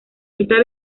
esta